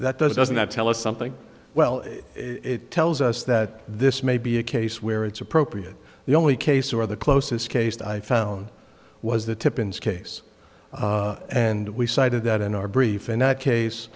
that doesn't that tell us something well it tells us that this may be a case where it's appropriate the only case or the closest case that i found was the tippins case and we cited that in our brief in that case